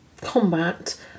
combat